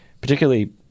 particularly